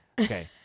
Okay